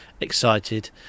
excited